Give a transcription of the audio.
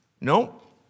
nope